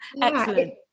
excellent